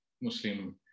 Muslim